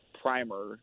primer